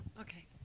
okay